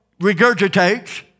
regurgitates